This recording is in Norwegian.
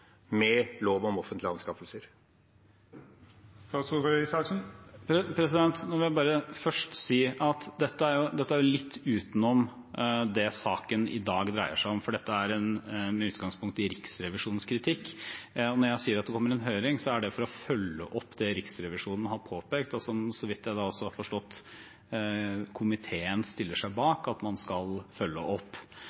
litt utenom det saken i dag dreier seg om, for den har utgangspunkt i Riksrevisjonens kritikk. Når jeg sier at det kommer en høring, er det for å følge opp det Riksrevisjonen har påpekt, og som komiteen, så vidt jeg har forstått, stiller seg